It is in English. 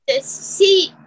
See